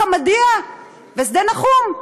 חמדיה ושדה נחום,